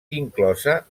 inclosa